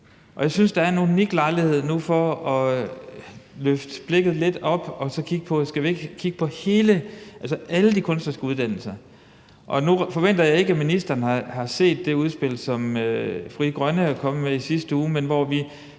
Jeg synes, der nu er en unik lejlighed til at løfte blikket lidt og så kigge på, om vi ikke skal se på alle de kunstneriske uddannelser. Nu forventer jeg ikke, at ministeren har set det udspil, som Frie Grønne er kommet med i sidste uge,